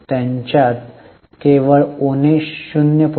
त्यांच्यात केवळ उणे 0